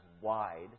Wide